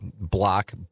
block